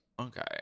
Okay